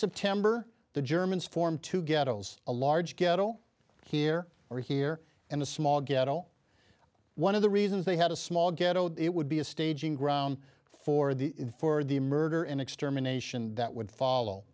september the germans formed to ghettos a large ghetto here or here in a small ghetto one of the reasons they had a small ghetto it would be a staging ground for the for the murder and extermination that would follow